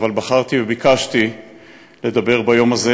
אבל בחרתי וביקשתי לדבר ביום הזה,